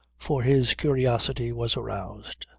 for his curiosity was aroused.